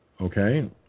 Okay